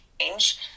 change